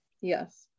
yes